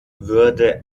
würde